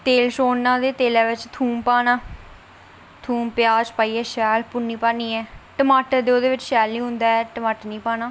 तेल छोड़ना ते तेलै च लून पाना थूंम प्याज पाइयै शैल भुन्नी भन्नियै टमाटर ते ओह्दे बिच शैल नेईं होंदा ऐ टमाटर नेईं पाना